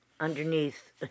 Underneath